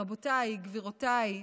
רבותיי, גבירותיי,